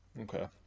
Okay